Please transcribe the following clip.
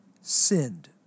sinned